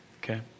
Okay